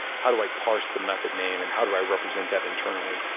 how do i parse the method name and how do i represent that internally?